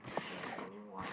there's only one